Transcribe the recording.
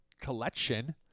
collection